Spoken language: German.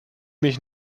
mich